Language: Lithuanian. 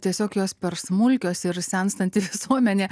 tiesiog jos per smulkios ir senstanti visuomenė